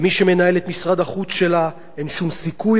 אין שום סיכוי לחידוש התהליך המדיני.